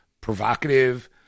provocative